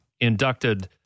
inducted